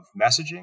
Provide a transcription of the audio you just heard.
messaging